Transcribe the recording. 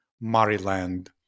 Maryland